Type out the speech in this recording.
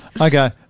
okay